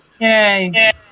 Yay